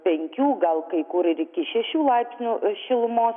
penkių gal kai kur iki šešių laipsnių šilumos